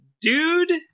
dude